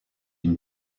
une